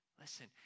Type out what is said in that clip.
Listen